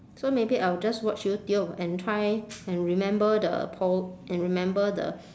so maybe I'll just watch youtube and try and remember the po~ and remember the